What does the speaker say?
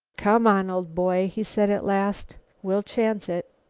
come on, old boy, he said at last, we'll chance it.